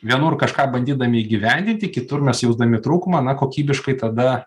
vienur kažką bandydami įgyvendinti kitur mes jausdami trūkumą na kokybiškai tada